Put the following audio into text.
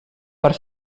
per